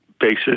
basis